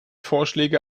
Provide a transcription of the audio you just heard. vorschläge